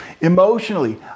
emotionally